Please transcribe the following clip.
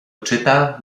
czyta